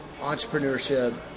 entrepreneurship